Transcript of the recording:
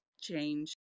change